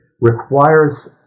requires